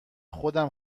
خودم